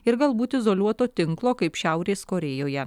ir galbūt izoliuoto tinklo kaip šiaurės korėjoje